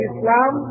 Islam